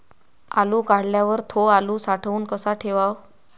आलू काढल्यावर थो आलू साठवून कसा ठेवाव?